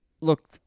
Look